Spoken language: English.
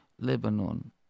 Lebanon